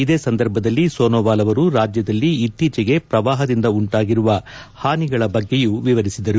ಇದೇ ಸಂದರ್ಭದಲ್ಲಿ ಸೋನೊವಾಲ್ ಅವರು ರಾಜ್ಯದಲ್ಲಿ ಇತ್ತೀಚೆಗೆ ಪ್ರವಾಹದಿಂದ ಉಂಟಾಗಿರುವ ಹಾನಿಗಳ ಬಗ್ಗೆಯೂ ವಿವರಿಸಿದರು